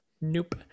Nope